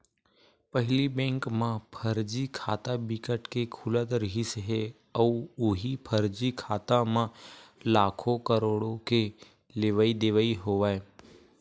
पहिली बेंक म फरजी खाता बिकट के खुलत रिहिस हे अउ उहीं फरजी खाता म लाखो, करोड़ो के लेवई देवई होवय